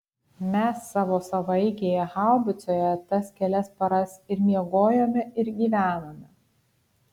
mes savo savaeigėje haubicoje tas kelias paras ir miegojome ir gyvenome